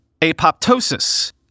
apoptosis